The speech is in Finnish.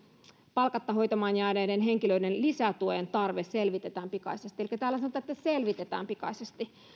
palkatta hoitamaan jääneiden henkilöiden lisätuen tarve selvitetään pikaisesti elikkä täällä sanotaan että selvitetään pikaisesti